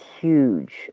huge